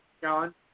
John